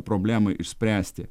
problemą išspręsti